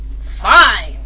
Fine